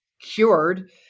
cured